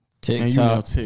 TikTok